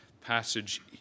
passage